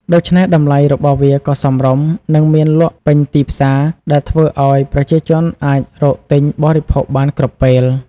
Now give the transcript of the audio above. ដូច្នេះតម្លៃរបស់វាក៏សមរម្យ និងមានលក់ពេញទីផ្សារ ដែលធ្វើឱ្យប្រជាជនអាចរកទិញបរិភោគបានគ្រប់ពេល។